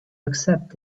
accept